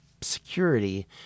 security